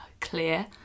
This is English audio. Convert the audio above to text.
clear